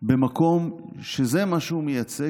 במקום שזה מה שהוא מייצג.